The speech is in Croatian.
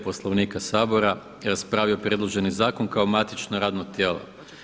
Poslovnika Sabora raspravio predloženi zakon kao matično radno tijelo.